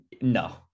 no